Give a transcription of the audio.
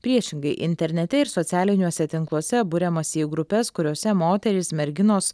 priešingai internete ir socialiniuose tinkluose buriamasi į grupes kuriose moterys merginos